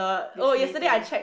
Disney things